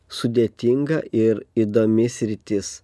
sudėtinga ir įdomi sritis